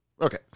Okay